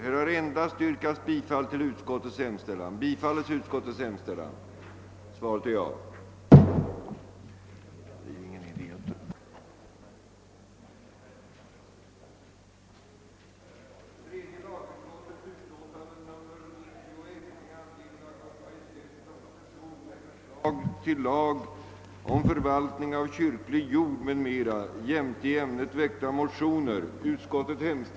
2) att kyrkokommunalt organ skulle äga befogenhet att bestämma om upplåtelse av rätt till jakt eller fiske på kyrklig jord, som är under dess förvaltning; samt